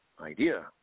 idea